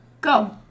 go